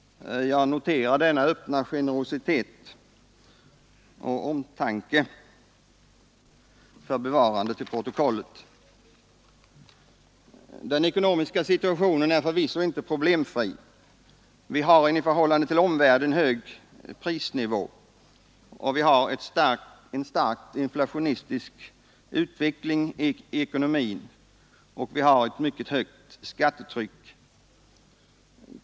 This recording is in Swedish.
Jag noterar denna öppna generositet och omtanke för bevarande till protokollet. Den ekonomiska situationen är förvisso inte problemfri. Vi har en i förhållande till omvärlden hög prisnivå, vi har en stark inflationistisk utveckling i ekonomin och vi har ett mycket högt skattetryck.